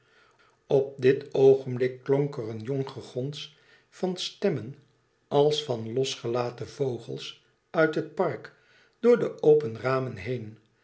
op dit oogenblik klonk er een jong gegons van stemmen als van losgelaten vogels uit het park door de open ramen heen